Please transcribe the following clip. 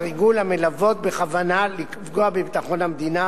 המלוות בכוונה לפגוע בביטחון המדינה